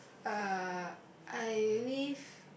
uh I live